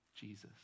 Jesus